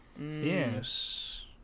Yes